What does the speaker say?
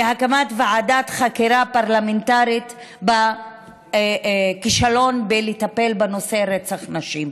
בקשה להקמת ועדת חקירה פרלמנטרית על הכישלון בטיפול בנושא רצח נשים.